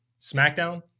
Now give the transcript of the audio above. SmackDown